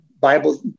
Bible